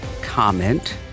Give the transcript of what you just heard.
comment